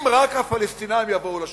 אם רק הפלסטינים יבואו לשולחן.